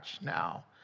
now